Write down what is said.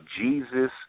Jesus